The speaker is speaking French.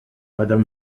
madame